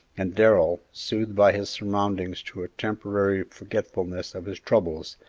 and darrell, soothed by his surroundings to a temporary forgetfulness of his troubles,